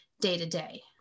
day-to-day